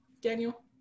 Daniel